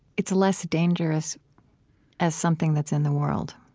it's less dangerous as something that's in the world?